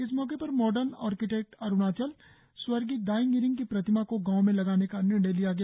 इस मौके पर मॉडर्न ऑर्किटेक्ट अरुणाचल स्वर्गीय दायिंग इरिंग की प्रतिमा को गांव में लगाने का निर्णय लिया गया